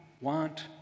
want